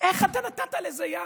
איך אתה נתת לזה יד?